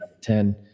ten